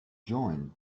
join